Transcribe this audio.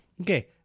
Okay